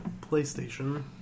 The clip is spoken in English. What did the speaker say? PlayStation